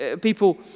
People